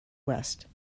west